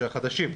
החדשים.